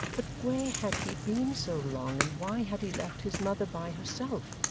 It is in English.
but where had he been so long, and why had he left his mother by herself,